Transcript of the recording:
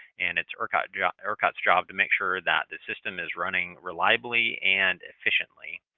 and it's ercot's job ercot's job to make sure that the system is running reliably and efficiently.